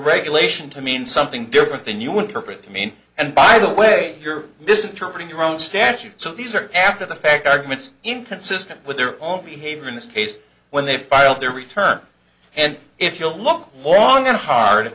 regulation to mean something different than you want perfect i mean and by the way you're misinterpreting your own statute so these are after the fact arguments inconsistent with their own behavior in this case when they filed their return and if you'll look long and hard